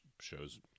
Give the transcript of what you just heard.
shows